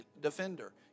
defender